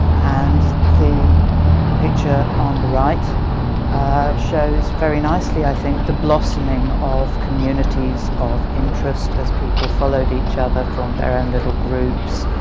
and the picture on the right shows very nicely i think the blossoming of communities of interest as people followed each other, formed their own little groups